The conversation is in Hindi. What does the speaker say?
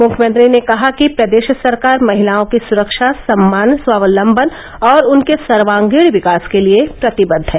मुख्यमंत्री ने कहा कि प्रदेश सरकार महिलाओं की सुरक्षा सम्मान स्वावलंबन और उनके सर्वागीण विकास के लिये प्रतिबद्ध है